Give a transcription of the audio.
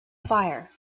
fire